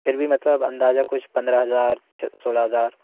फिर भी मतलब अंदाजा कुछ पन्द्रह हज़ार सोलह हज़ार